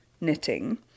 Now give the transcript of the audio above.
knitting